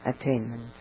attainment